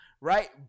right